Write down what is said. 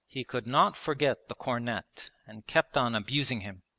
he could not forget the cornet and kept on abusing him.